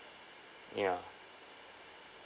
ya